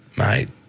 Mate